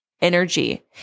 energy